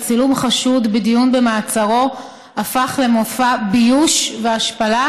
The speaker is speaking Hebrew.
דיון במעצרו של חשוד הפך למופע ביוש והשפלה,